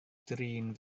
drin